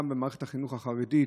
גם במערכת החינוך החרדית,